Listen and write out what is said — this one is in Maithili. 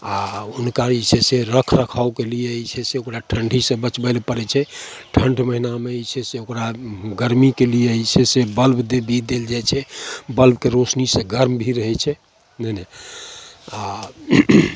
आओर हुनका जे छै से रखरखावके लिए जे छै से ओकरा ठण्डीसे बचबै ले पड़ै छै ठण्ड महिनामे जे छै से ओकरा गरमीके लिए जे छै से बल्ब भी देल जाइ छै बल्बके रोशनीसे गरम भी रहै छै नहि नहि आओर